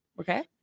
Okay